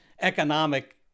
economic